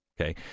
okay